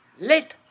let